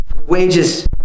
Wages